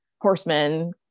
horsemen